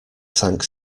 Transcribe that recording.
sank